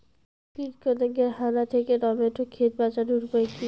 কীটপতঙ্গের হানা থেকে টমেটো ক্ষেত বাঁচানোর উপায় কি?